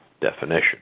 definition